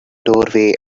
doorway